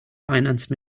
finance